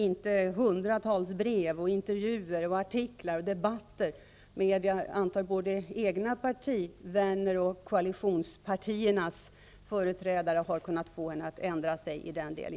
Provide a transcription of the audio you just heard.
Trots hundratals brev, intervjuer, artiklar och debatter med, antar jag, både egna partivänner och koalitionspartiernas företrädare har det ju inte gått att få Beatrice Ask att ändra sig i den delen.